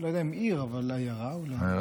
לא יודע אם עיר, אבל עיירה, אולי.